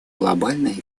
глобальной